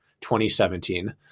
2017